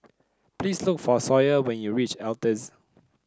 please look for Sawyer when you reach Altez